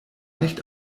nicht